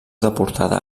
deportada